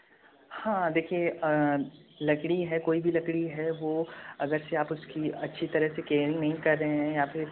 हाँ देखिए लकड़ी है कोई लकड़ी है वह अगर से आप उसकी अच्छी तरह से केयरिंग नहीं कर रहे हैं या फिर